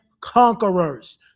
conquerors